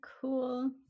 cool